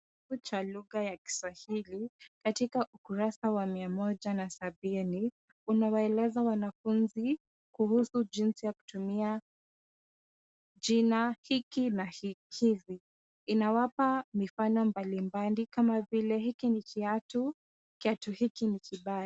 Kitabu cha lugha ya kiswahili katika ukurasa wa mia moja na sabini unawaeleza wanafunzi kuhusu jinsi ya kutumia jina hiki na hivi. Inawapa mifano mbalimbali kama vile hiki ni kiatu, kiatu hiki ni kibaya.